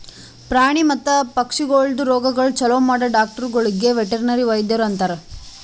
ಪ್ರಾಣಿ ಮತ್ತ ಪಕ್ಷಿಗೊಳ್ದು ರೋಗಗೊಳ್ ಛಲೋ ಮಾಡೋ ಡಾಕ್ಟರಗೊಳಿಗ್ ವೆಟರ್ನರಿ ವೈದ್ಯರು ಅಂತಾರ್